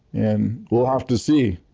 and we'll have to see.